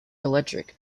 electric